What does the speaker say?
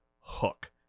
hook